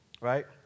Right